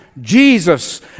Jesus